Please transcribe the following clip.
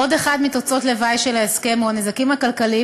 עוד אחת מתוצאות הלוואי של ההסכם היא הנזקים הכלכליים